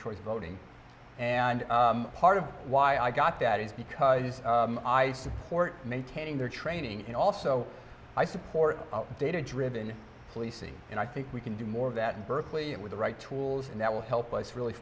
choices voting and part of why i got that is because i support maintaining their training and also i support data driven policing and i think we can do more of that in berkeley and with the right tools and that will help us really